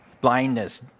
blindness